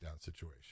situation